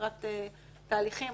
לקראת תהליכים.